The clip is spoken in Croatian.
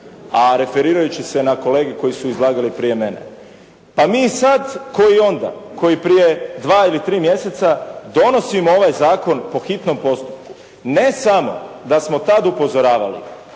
a referirajući se na kolege koji su izlagali prije mene. Pa mi sad, k'o i onda, k'o i prije dva ili tri mjeseca, donosimo ovaj zakon po hitnom postupku. Ne samo da smo tad upozoravali da